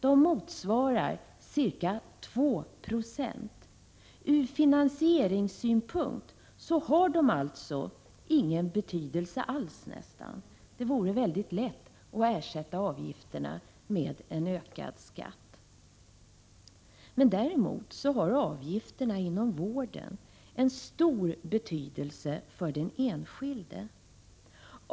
De motsvarar ca 2 70. Ur finansieringssynpunkt har de alltså nästan ingen betydelse alls. Det vore mycket lätt att ersätta avgifterna med en ökad skatt. Däremot har avgifterna inom vården stor betydelse för den enskilde.